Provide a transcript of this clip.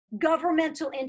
governmental